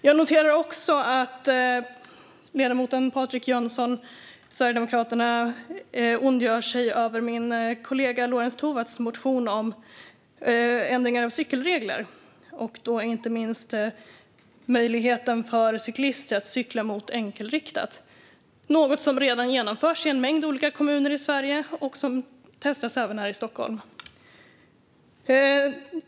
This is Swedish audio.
Jag noterar också att ledamoten Patrik Jönsson från Sverigedemokraterna ondgör sig över min kollega Lorentz Tovatts motion om ändringar av cykelregler, och då inte minst möjligheten för cyklister att cykla mot enkelriktat. Detta är något som redan har genomförts i en mängd olika kommuner i Sverige och som testas även här i Stockholm.